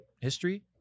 history